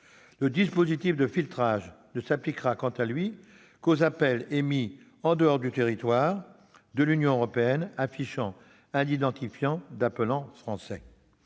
Le dispositif de filtrage ne s'appliquera, quant à lui, qu'aux appels émis en dehors du territoire de l'Union européenne et affichant un identifiant d'appelant français.